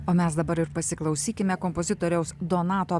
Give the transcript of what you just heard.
o mes dabar pasiklausykime kompozitoriaus donato